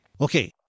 Okay